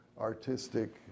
artistic